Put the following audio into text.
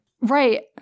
right